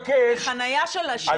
חניה של עשירים?